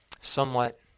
somewhat